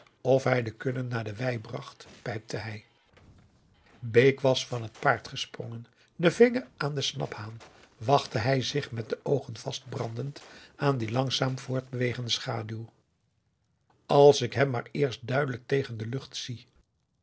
of hij de kudde naar de wei bracht pijpte hij bake was van t paard gesprongen den vinger aan den snaphaan wachtte hij zich met de oogen augusta de wit orpheus in de dessa vastbrandend aan die langzaam voortbewegende schaduw als ik hem maar eerst duidelijk tegen de lucht zie